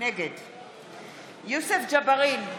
נגד יוסף ג'בארין,